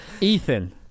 Ethan